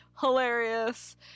hilarious